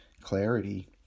clarity